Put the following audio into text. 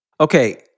Okay